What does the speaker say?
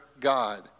God